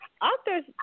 authors